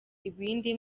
ibindi